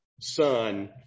Son